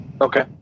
Okay